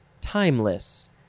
timeless